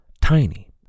tiny